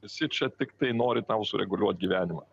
visi čia tiktai nori tau sureguliuot gyvenimą